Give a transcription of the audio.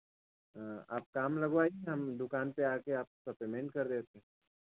आप काम लगवाईए ना हम दुकान पर आकर आपका पेमेंट कर देते